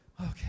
okay